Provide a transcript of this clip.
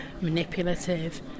manipulative